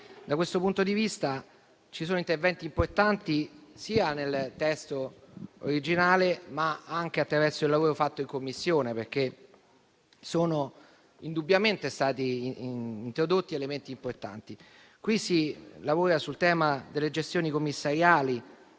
Da questo punto di vista, ci sono interventi importanti, sia nel testo originale, ma anche a seguito del lavoro fatto in Commissione, perché sono indubbiamente stati introdotti elementi significativi. Nel testo in esame si lavora sul tema delle gestioni commissariali,